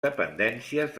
dependències